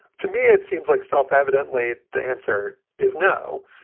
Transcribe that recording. to me, it seems like self. evidently, the answer is no.